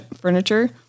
furniture